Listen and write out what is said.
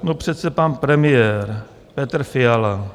No přece pan premiér Petr Fiala.